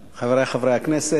אמורים.